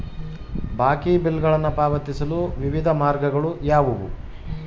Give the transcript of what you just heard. ಬಾಕಿ ಬಿಲ್ಗಳನ್ನು ಪಾವತಿಸಲು ವಿವಿಧ ಮಾರ್ಗಗಳು ಯಾವುವು?